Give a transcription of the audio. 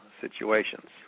situations